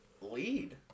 lead